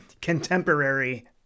contemporary